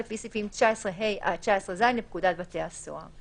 לפי סעיפים 19ה עד 19ז לפקודת בתי הסוהר".